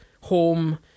home